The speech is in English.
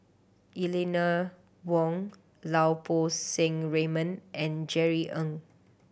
Eleanor Wong Lau Poo Seng Raymond and Jerry Ng